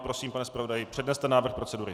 Prosím, pane zpravodaji, předneste návrh procedury.